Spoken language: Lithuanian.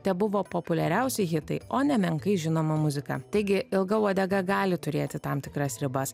tebuvo populiariausi hitai o ne menkai žinoma muzika taigi ilga uodega gali turėti tam tikras ribas